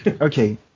Okay